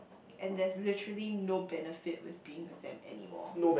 and there's literally no benefit with being with them anymore